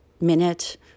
minute